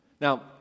Now